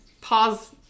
pause